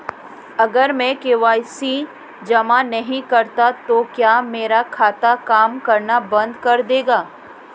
अगर मैं के.वाई.सी जमा नहीं करता तो क्या मेरा खाता काम करना बंद कर देगा?